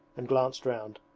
and glanced round.